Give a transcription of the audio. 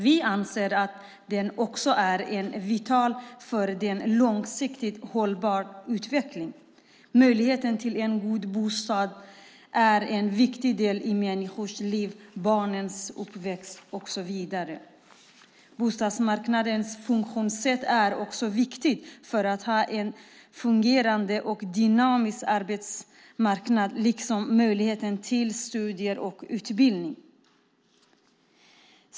Vi anser att den också är vital för en långsiktigt hållbar utveckling. Möjligheten till en god bostad är en viktig del i människors liv, barns uppväxt och så vidare. Bostadsmarknadens funktionssätt är också viktigt för en fungerande och dynamisk arbetsmarknad liksom möjligheten till studier och utbildning.